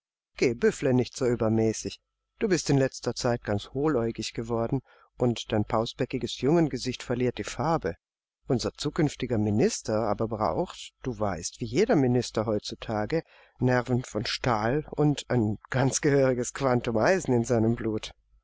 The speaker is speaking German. geh büffele nicht so übermäßig du bist in der letzten zeit ganz hohläugig geworden und dein pausbackiges jungengesicht verliert die farbe unser zukünftiger minister aber braucht du weißt wie jeder minister heutzutage nerven von stahl und ein ganz gehöriges quantum eisen in seinem blut